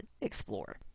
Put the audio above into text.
explore